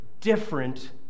different